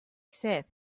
said